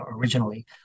originally